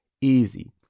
easy